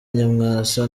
nyamwasa